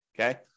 okay